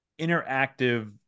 interactive